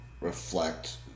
reflect